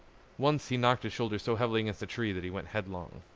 once he knocked his shoulder so heavily against a tree that he went headlong.